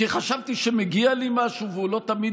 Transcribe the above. כי חשבתי שהגיע לי משהו והוא לא תמיד